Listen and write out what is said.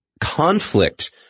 conflict